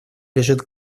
лежит